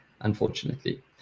unfortunately